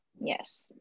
yes